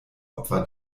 opfer